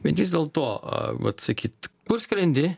bet vis dėlto vat sakyt kur skrendi